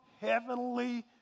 heavenly